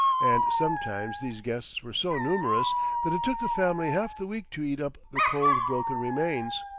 and sometimes these guests were so numerous that it took the family half the week to eat up the cold broken remains.